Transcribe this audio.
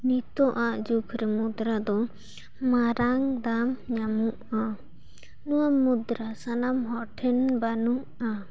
ᱱᱤᱛᱚᱜᱟᱜ ᱡᱩᱜᱽ ᱨᱮ ᱢᱩᱫᱽᱨᱟ ᱫᱚ ᱢᱟᱨᱟᱝ ᱫᱟᱢ ᱧᱟᱢᱚᱜᱼᱟ ᱱᱚᱣᱟ ᱢᱩᱫᱽᱨᱟ ᱥᱟᱱᱟᱢ ᱦᱚᱲ ᱴᱷᱮᱱ ᱵᱟᱹᱱᱩᱜᱼᱟ